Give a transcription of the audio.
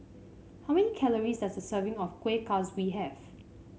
how many calories does a serving of Kueh Kaswi have